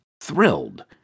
thrilled